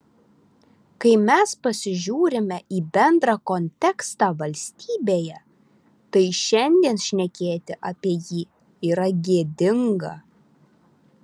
kai mes pasižiūrime į bendrą kontekstą valstybėje tai šiandien šnekėti apie jį yra gėdinga